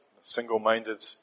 single-minded